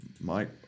Mike